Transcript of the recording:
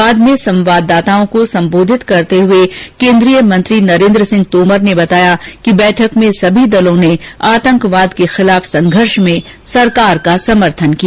बाद में संवाददाताओं को सम्बोधित करते हुए केन्द्रीय मंत्री नरेन्द्र सिंह तोमर ने बताया कि बैठक में सभी दलों ने आतंकवाद के खिलाफ संघर्ष में सरकार का समर्थन किया